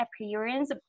appearance